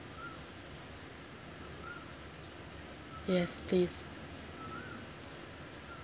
yes please